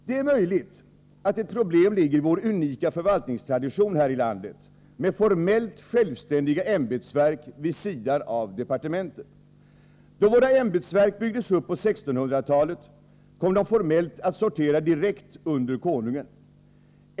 Det är möjligt att ett problem ligger i vår unika förvaltningstradition här i landet, med formellt självständiga ämbetsverk vid sidan av departementen. Då våra ämbetsverk byggdes upp på 1600-talet kom de formellt att sortera direkt under Konungen.